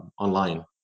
online